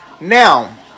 Now